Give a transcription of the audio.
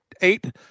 eight